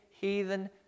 heathen